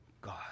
God